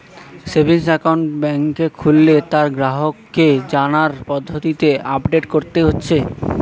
savings account বেংকে খুললে তার গ্রাহককে জানার পদ্ধতিকে আপডেট কোরতে হচ্ছে